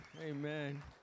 Amen